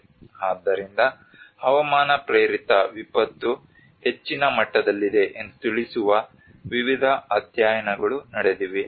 ಆದ್ದರಿಂದ ಹವಾಮಾನ ಪ್ರೇರಿತ ವಿಪತ್ತು ಹೆಚ್ಚಿನ ಮಟ್ಟದಲ್ಲಿದೆ ಎಂದು ತಿಳಿಸುವ ವಿವಿಧ ಅಧ್ಯಯನಗಳು ನಡೆದಿವೆ